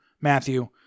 Matthew